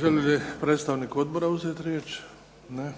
Želi li predstavnik odbora uzeti riječ? Ne.